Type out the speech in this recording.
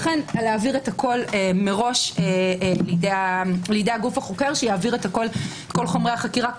לכן להעביר הכול מראש לידי הגוף החוקר שיעביר את כל חומרי החקירה,